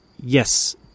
yes